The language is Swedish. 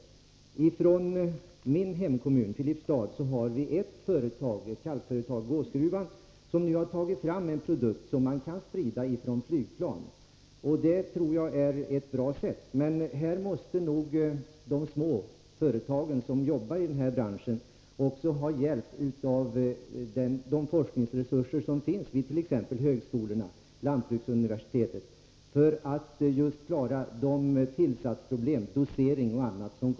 I min hemkommun, Filipstad, har vi ett kalkföretag, Gåsgruvan AB, som tagit fram en produkt som kan spridas från flygplan. Det är bra. Men småföretagen inom branschen måste få hjälp genom de forskningsresurser som finns vid t.ex. högskolor och lantbruksuniversitetet för att klara tillsatsproblemen — dosering och annat.